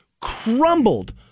crumbled